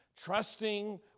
Trusting